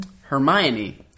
Hermione